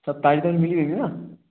सभु ताजियूं ताजियूं मिली वेंदियूं न